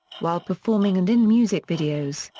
while performing and in music videos,